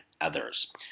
others